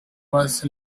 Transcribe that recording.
was